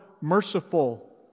merciful